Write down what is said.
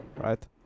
right